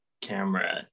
camera